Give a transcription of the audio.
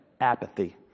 Apathy